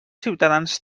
ciutadans